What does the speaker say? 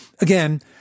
Again